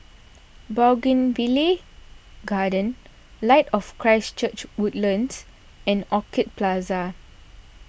Bougainvillea Garden Light of Christ Church Woodlands and Orchid Plaza